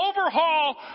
overhaul